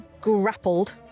grappled